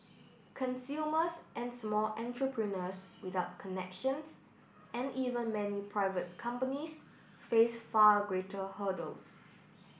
consumers and small entrepreneurs without connections and even many private companies face far greater hurdles